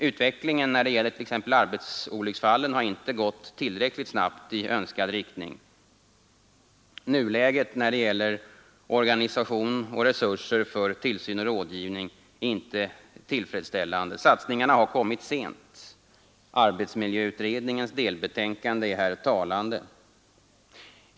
Utvecklingen när det gäller t.ex. arbetsolycksfall har inte gått tillräckligt snabbt i önskad riktning. Nuläget i fråga om organisation och resurser för tillsyn och rådgivning är inte tillfredsställande. Satsningarna har kommit sent. Arbetsmiljöutredningens delbetänkande är här talande.